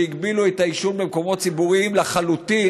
שהגבילו את העישון במקומות ציבוריים לחלוטין,